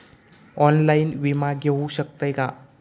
Online विमा घेऊ शकतय का?